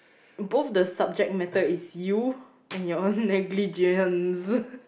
both the subject matter is you and your own negligence